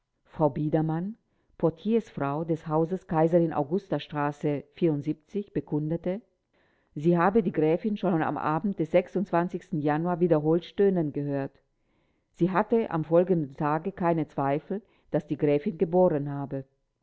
frau biedermann portiersfrau des hauses kaiserin augustastraße bekundete sie habe die gräfin schon am abend des januar wiederholt stöhnen gehört sie hatte am folgenden tage keinen zweifel daß die gräfin geboren habe